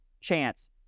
chance